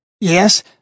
Yes